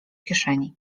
kieszeni